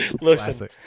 Listen